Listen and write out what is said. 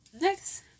next